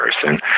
person